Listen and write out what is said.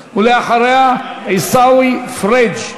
ואחריה, חבר הכנסת עיסאווי פריג'.